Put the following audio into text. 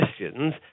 questions